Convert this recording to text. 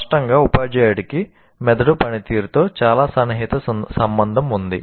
స్పష్టంగా ఉపాధ్యాయుడికి మెదడు పనితీరుతో చాలా సన్నిహిత సంబంధం ఉంది